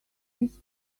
this